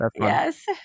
Yes